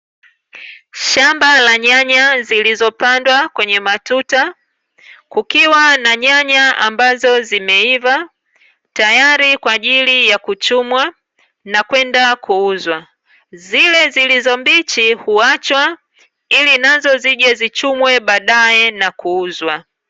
Shamba la nyanya zilizopandwa kwenye matuta, kukiwa na nyanya ambazo zimeiva, tayari kwa ajili ya kuchumwa, na kwenda kuuzwa. Zile zilizo mbichi huachwa, ili nazo zije zichumwe baadaye na kuuzwa.